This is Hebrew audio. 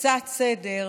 קצת סדר,